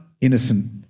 innocent